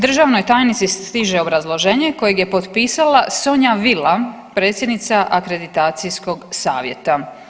Državnoj tajnici stiže obrazloženje kojeg je potpisala Sonja Vila predsjednica akreditacijskog savjeta.